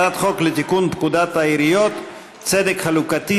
הצעת חוק לתיקון פקודת העיריות (צדק חלוקתי